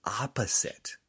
opposite